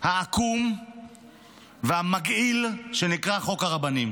העקום והמגעיל שנקרא חוק הרבנים.